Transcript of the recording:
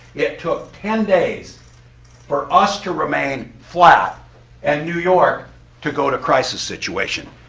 yeah it took ten days for us to remain flat and new york to go to crisis situation.